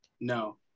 No